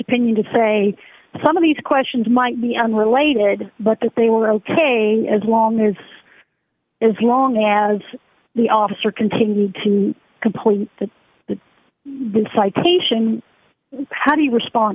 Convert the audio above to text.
opinion to say some of these questions might be unrelated but that they were ok as long as as long as the officer continued to complete the citation how do you